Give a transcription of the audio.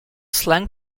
slang